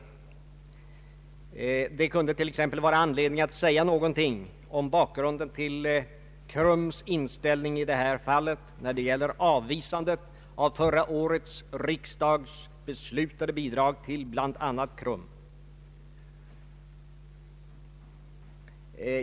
Det kunde t.ex. finnas anledning att säga någonting om bakgrunden till KRUM:s inställning att avvisa förra årets riksdags beslut om bidrag till bl.a. KRUM.